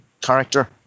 character